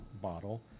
bottle